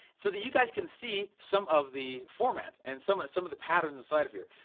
so that you guys can see some of the format and some some of the patterns inside of here.